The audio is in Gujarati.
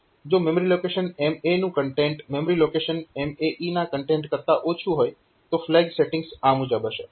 જો મેમરી લોકેશન MA નું કન્ટેન્ટ એ મેમરી લોકેશન MAE ના કન્ટેન્ટ કરતાં ઓછું હોય તો ફ્લેગ સેટીંગ્સ આ મુજબ હશે